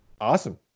Awesome